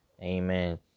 amen